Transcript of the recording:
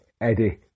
Eddie